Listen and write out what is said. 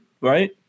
right